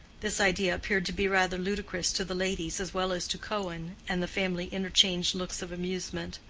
this idea appeared to be rather ludicrous to the ladies as well as to cohen, and the family interchanged looks of amusement.